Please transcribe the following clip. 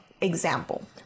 Example